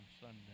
Sunday